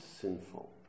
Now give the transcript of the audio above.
sinful